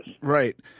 Right